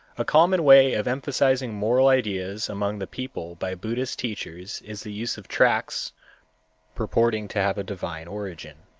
a common way of emphasizing moral ideas among the people by buddhist teachers is the use of tracts purporting to have a divine origin.